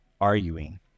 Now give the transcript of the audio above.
arguing